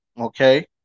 Okay